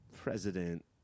President